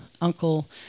uncle